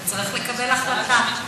אתה צריך לקבל החלטה.